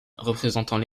représentant